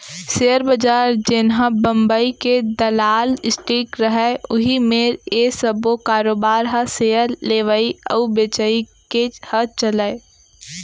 share बजार जेनहा बंबई के दलाल स्टीक रहय उही मेर ये सब्बो कारोबार ह सेयर लेवई अउ बेचई के ह चलय